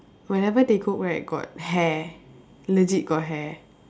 whenever they cook right got hair legit got hair